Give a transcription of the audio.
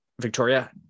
Victoria